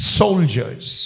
soldiers